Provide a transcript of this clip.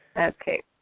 Okay